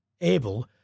able